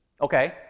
Okay